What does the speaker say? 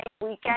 weekend